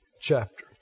chapter